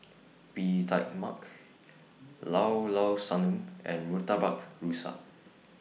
Bee Tai Mak Llao Llao Sanum and Murtabak Rusa